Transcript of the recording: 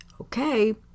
Okay